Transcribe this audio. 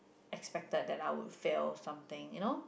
expected that I would fail something you know